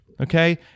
okay